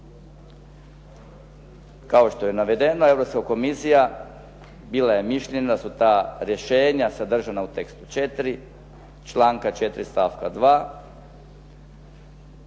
Kao što je navedeno Europska komisija bila je mišljenja da su ta rješenja sadržana u tekstu 4 članka 4. stavka 2.,